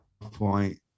point